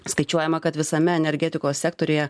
skaičiuojama kad visame energetikos sektoriuje